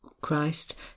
Christ